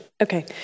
Okay